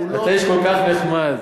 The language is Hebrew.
אתה איש כל כך נחמד.